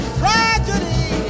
tragedy